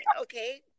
okay